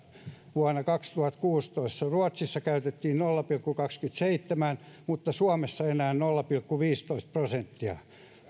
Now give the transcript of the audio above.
vuonna kaksituhattakuusitoista ruotsissa käytettiin nolla pilkku kaksikymmentäseitsemän mutta suomessa enää nolla pilkku viisitoista prosenttia